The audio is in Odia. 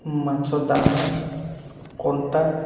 ମାଛ ଦାନା କଣ୍ଟା